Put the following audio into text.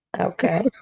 Okay